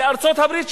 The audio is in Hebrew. בארצות-הברית,